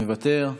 מוותר,